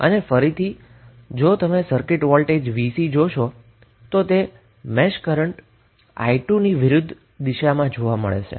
હવે જો તમે ફરીથી સર્કિટ જુઓ તો વોલ્ટેજ vC એ મેશ કરન્ટ i2 ની વિરુધ્ધ દિશામાં છે